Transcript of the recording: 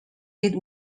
did